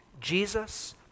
Jesus